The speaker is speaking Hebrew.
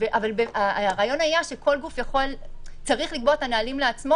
אבל הרעיון היה שכל גוף צריך לקבוע את הנהלים לעצמו,